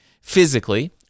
physically